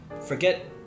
forget